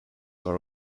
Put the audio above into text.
are